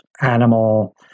animal